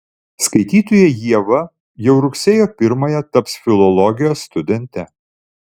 skaitytoja ieva jau rugsėjo pirmąją taps filologijos studente